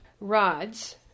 rods